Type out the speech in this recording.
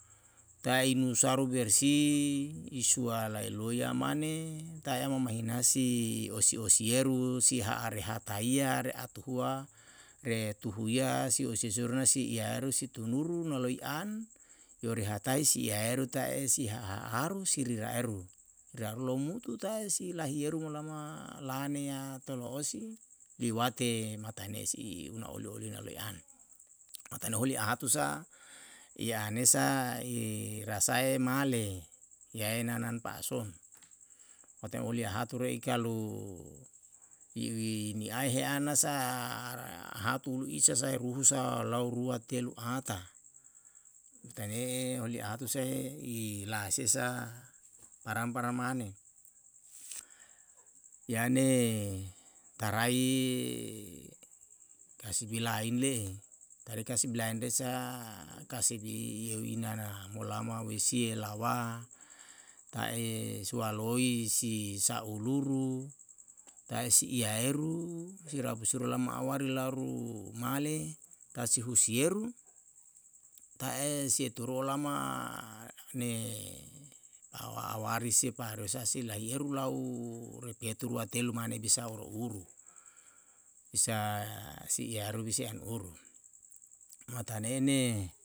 tai nusaru bersih i sua lailoya mane tae ama mahina si osi osieru si ha'a rehataia re atuhua re tuhuia si osi osie ro na si iyaeru si tunuru naloi an yore hatae si iyaeru ta'e si haha aru si riraeru, si riraeru lou mutu tae si laihieru molama lanea tolo osi liwate matane si una oli olie naloi an matane holi atu sa i ane sa i rasae male iyae nanan pa'ason matae olie hature i kalu i niae heana sa hatu lu isa sae ruhusa lau rua tiae lu ata matane holi atu sae i lasie sa parang parang mane. yane tarai kasibi lain le'e tarie kasibi lain resa kasibi iyeu i nana molama wesie lawa ta'e si waloi si sa'uluru ta'e si iyaeru si rabusiru olama awari lau rumale tau si husieru ta'e sie turu olama ne awari se parue sa si lai eru lau repia turua telu mane bisa oruru. bisa si iyaeru bisa i an oru matane ne